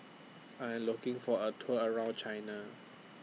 I Am looking For A Tour around China